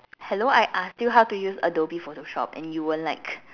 hello I asked you how to use Adobe Photoshop and you were like